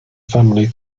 family